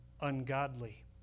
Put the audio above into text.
ungodly